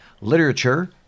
literature